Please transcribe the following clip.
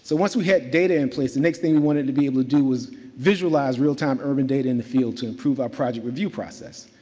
so once we had data in place, the next thing we wanted to be able to do was visualize real time urban data in the field to improve our project review process.